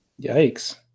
Yikes